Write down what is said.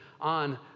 on